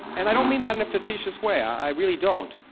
and i don't mean that in a facetious way. i really don't.